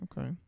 Okay